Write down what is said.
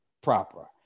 proper